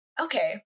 Okay